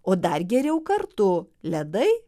o dar geriau kartu ledai